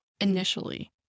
initially